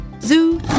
Zoo